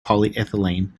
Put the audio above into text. polyethylene